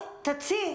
תציעי.